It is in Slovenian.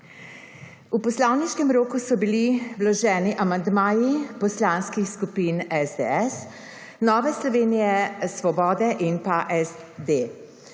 V poslovniškem roku so bili vloženi amandmaji poslanskih skupin SDS, Nove Slovenije, Svobode in SD.